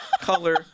Color